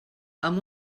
amb